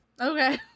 Okay